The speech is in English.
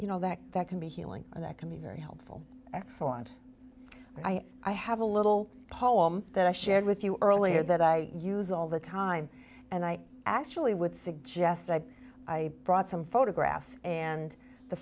you know that that can be healing and that can be very helpful excellent i have a little poem that i shared with you earlier that i use all the time and i actually would suggest i i brought some photographs and the